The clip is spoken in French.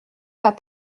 pas